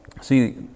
See